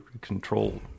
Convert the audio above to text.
control